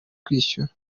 kwishyura